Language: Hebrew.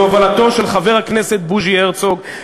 בהובלתו של חבר הכנסת בוז'י הרצוג,